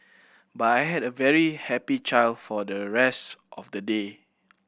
but I had a very happy child for the rest of the day